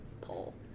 poll